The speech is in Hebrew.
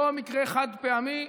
לא מקרה חד-פעמי,